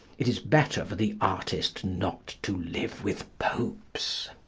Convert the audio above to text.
it is better for the artist not to live with popes.